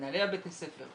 מנהלי בתי הספר,